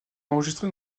enregistrée